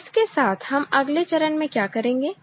तो इसके साथ हम अगले चरण में क्या करेंगे